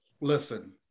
Listen